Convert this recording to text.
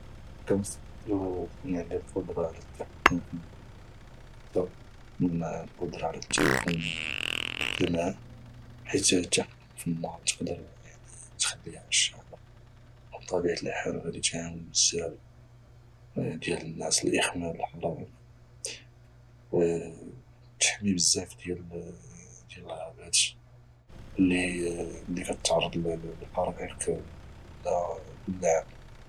كنفضل تكون عندي القدرة على التحكم في النار كتر من القدرة على التحكم في الماء حيت التحكم في النار تقدر يعني متخليهاش شاعلة او بطبيعة الحال غادي تعاون بزاف ديال الناس لاخماد الحرائق وتحمي بزاف ديال الغابات اللي كتعرض للحرائق كل عام